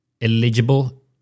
eligible